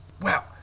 wow